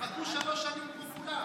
תחכו שלוש שנים כמו כולם.